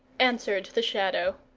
answered the shadow.